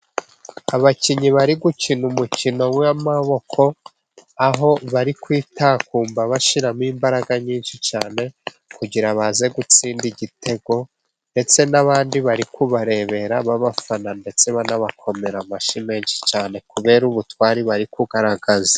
Abakinnyi bari gukina umukino w'amaboko, aho bari kwitakuma bashyiramo imbaraga nyinshi cyane, kugira ngo baze gutsinda igitego, ndetse n'abandi bari kubarebera babafana, ndetse banabakomera amashyi menshi cyane, kubera ubutwari bari kugaragaza.